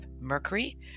Mercury